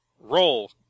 roll